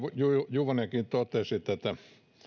juvonenkin totesi tästä